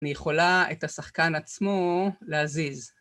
אני יכולה את השחקן עצמו להזיז.